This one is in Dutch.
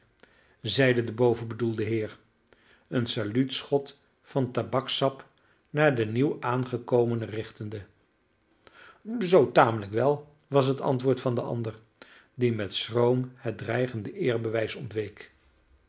zeide de bovenbedoelde heer een saluutschot van tabakssap naar den nieuw aangekomene richtende zoo tamelijk wel was het antwoord van den ander die met schroom het dreigende eerbewijs